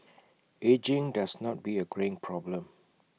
ageing does not be A greying problem